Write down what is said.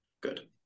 Good